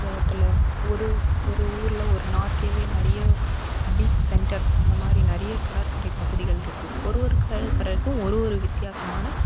உலகத்தில் ஒரு ஒரு ஊரில் ஒரு நாட்லையே நிறைய பீச் சென்டர்ஸ் அந்தமாதிரி நிறைய கடற்கரை பகுதிகள் இருக்கு ஒரு ஒரு கடற்கரைக்கும் ஒரு ஒரு வித்தியாசமான